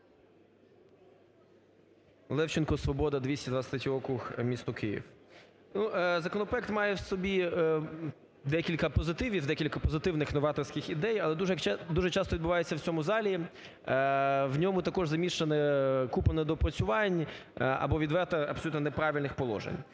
Левченко, "Свобода", 223 округ, місто Київ. Законопроект має в собі декілька позитивів, декілька позитивних новаторських ідей, але дуже часто відбувається в цьому залі, в ньому також замішана купа недопрацювань або відверто абсолютно неправильних положень.